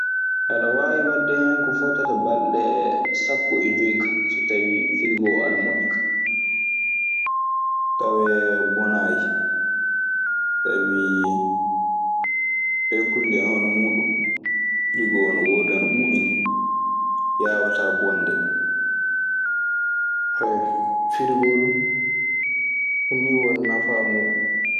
Aɗa waawi wadde hen ko fotata balde sappo e joy, ka so tawii firgo oo ana moƴƴi kaa tawee bonaayi. Sabi ɗee kulle e hono muuɗun so firigoo no woordi ana ɓuuɓi nii, yaawataa bonde. Firigoo du, ɗun nii woni nafaa muuɗun.